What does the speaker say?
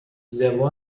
zéro